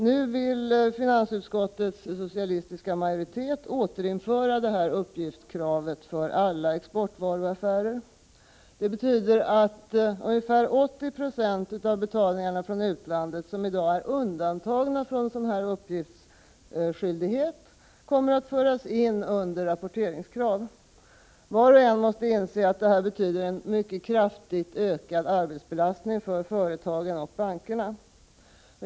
Nu vill finansutskottets socialistiska majoritet återinföra detta uppgiftskrav för alla exportvaruaffärer. Det betyder att de 80 26 av betalningarna från utlandet som i dag är undantagna från uppgiftsskyldigheten kommer att föras in under rapporteringskrav. Var och en måste inse att detta innebär en mycket kraftigt ökad arbetsbelastning för företagen och bankerna.